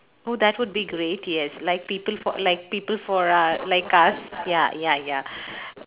oh that would be great yes like people for like people for uh like us ya ya ya